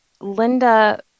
Linda